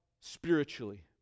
spiritually